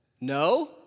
No